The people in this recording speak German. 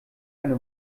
eine